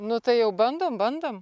nu tai jau bandom bandom